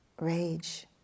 rage